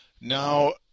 Now